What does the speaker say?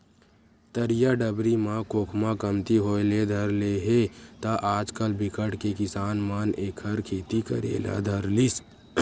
तरिया डबरी म खोखमा कमती होय ले धर ले हे त आजकल बिकट के किसान मन एखर खेती करे ले धर लिस